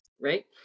right